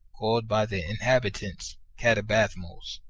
called by the inhabitants catabathmos.